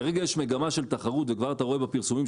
כרגע יש מגמה של תחרות, ואתה כבר רואה בפרסומות: